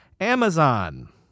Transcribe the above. Amazon